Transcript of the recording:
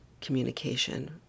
communication